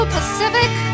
Pacific